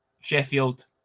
Sheffield